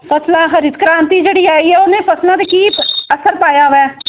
ਫਸਲਾਂ ਹਰੀ ਕ੍ਰਾਂਤੀ ਜਿਹੜੀ ਆਈ ਹੈ ਉਹਨੇ ਫਸਲਾਂ 'ਤੇ ਕੀ ਅਸਰ ਪਾਇਆ ਵੈ